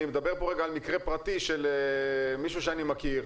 אני מדבר פה על מקרה פרטי של מישהו שאני מכיר,